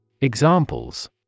Examples